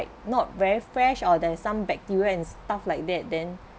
not very fresh or there's some bacteria and stuff like that then